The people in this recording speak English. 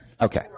Okay